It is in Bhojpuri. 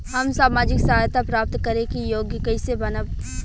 हम सामाजिक सहायता प्राप्त करे के योग्य कइसे बनब?